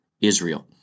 Israel